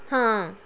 ਹਾਂ